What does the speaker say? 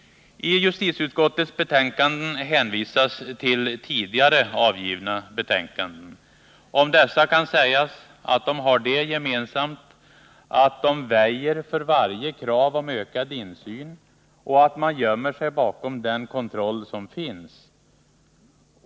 I justitieutskottets betänkanden hänvisas till tidigare avgivna betänkanden. Om dessa kan sägas att de har det gemensamt att de väjer för varje krav om ökad insyn och att man gömmer sig bakom den kontroll som finns.